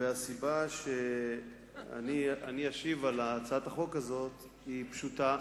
והסיבה שאני אשיב על הצעת החוק הזאת היא פשוטה.